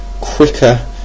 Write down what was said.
quicker